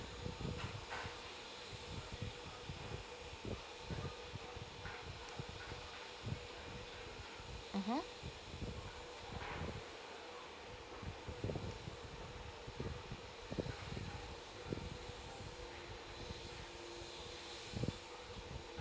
mmhmm